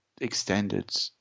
extended